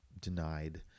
denied